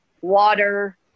water